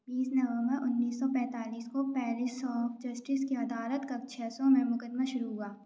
बीस नवम्बर उन्नीस सौ पैंतालीस को पैलेस ऑफ जस्टिस के अदालत कक्ष छः सौ में मुकदमा शुरू हुआ